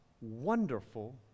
wonderful